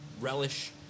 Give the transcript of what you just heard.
relish